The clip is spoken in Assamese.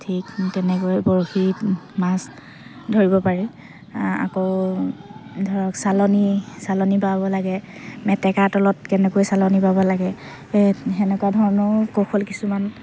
ঠিক তেনেকৈ বৰশীত মাছ ধৰিব পাৰি আকৌ ধৰক চালনী চালনী বাব লাগে মেটেকাৰ তলত কেনেকৈ চালনী বাব লাগে সেনেকুৱা ধৰণৰো কৌশল কিছুমান